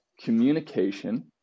communication